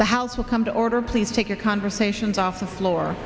the house will come to order please take your conversations off the floor